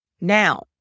Now